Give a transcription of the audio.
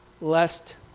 lest